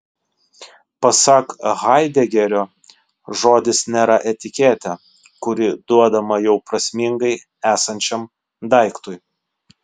pasak haidegerio žodis nėra etiketė kuri duodama jau prasmingai esančiam daiktui